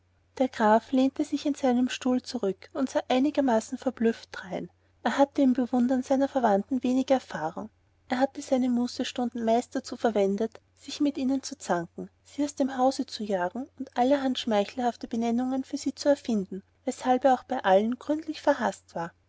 der graf lehnte sich in seinen stuhl zurück und sah einigermaßen verblüfft drein er hatte im bewundern seiner verwandten leider wenig erfahrung er hatte seine mußestunden meist dazu verwendet sich mit ihnen zu zanken sie aus dem hause zu jagen und allerhand schmeichelhafte benennungen für sie zu erfinden weshalb er auch bei allen gründlich verhaßt war